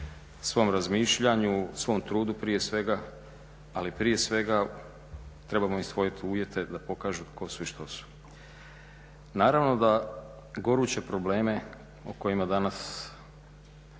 svom razmišljanju, svom trudu prije svega, ali prije svega trebamo im stvoriti uvjete da pokažu tko su i što su. Naravno da goruće probleme o kojima danas